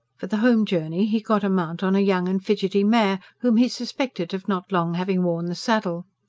for the home-journey, he got a mount on a young and fidgety mare, whom he suspected of not long having worn the saddle.